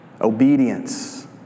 obedience